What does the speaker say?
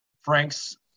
Frank's